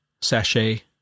sachet